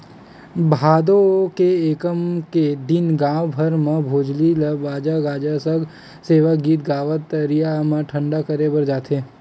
भादो के एकम के दिन गाँव भर म भोजली ल बाजा गाजा सग सेवा गीत गावत तरिया म ठंडा करे बर जाथे